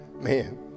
man